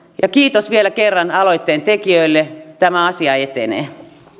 ja kiitos vielä kerran aloitteen tekijöille tämä asia etenee